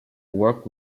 worked